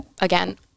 again